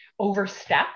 Overstep